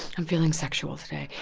i'm feeling sexual today.